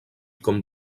com